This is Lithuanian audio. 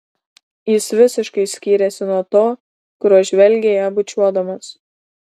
jis visiškai skyrėsi nuo to kuriuo žvelgė ją bučiuodamas